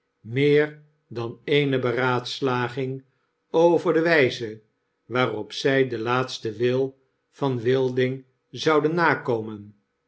meer dan eene beraadslaging over de wijze waarop zg den laatsten wil van wilding zouden nakomen